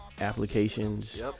Applications